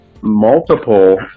multiple